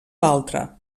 altra